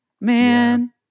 man